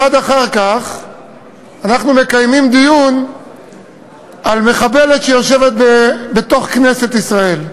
מייד אחר כך אנחנו מקיימים דיון על מחבלת שיושבת בתוך כנסת ישראל.